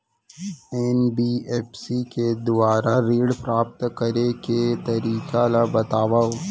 NBFC के दुवारा ऋण प्राप्त करे के तरीका ल बतावव?